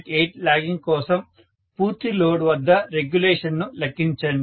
8 logging కోసం పూర్తి load వద్ద రెగ్యులేషన్ ను లెక్కించండి